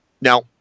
Now